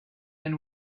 and